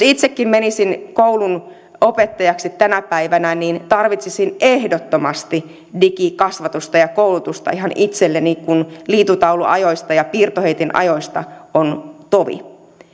itsekin menisin kouluun opettajaksi tänä päivänä tarvitsisin ehdottomasti digikasvatusta ja koulutusta ihan itselleni kun liitutauluajoista ja piirtoheitinajoista on tovi